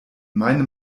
meinem